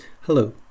Hello